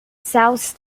south